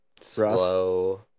slow